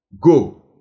go